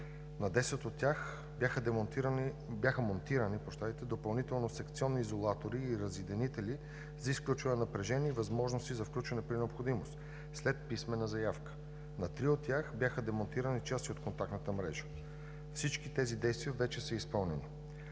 На 10 от тях бяха монтирани допълнителни секционни изолатори и разединители за изключване на напрежение с възможности за включване при необходимост след писмена заявка. На три от тях бяха демонтирани части от контактната мрежа. Всички тези действия вече са изпълнени.